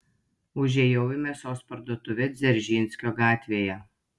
užėjau į mėsos parduotuvę dzeržinskio gatvėje